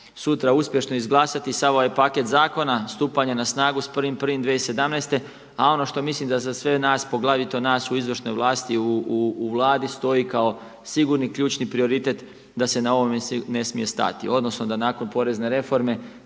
sutra uspješno izglasati sav ovaj paket zakona, stupanja na snagu s 1.1.2017. A ono što mislim da za sve nas poglavito nas u izvršnoj vlasti u Vladi stoji kao sigurni ključni prioritet da se na ovome ne smije stati odnosno da nakon porezne reforme